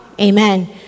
amen